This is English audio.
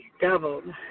doubled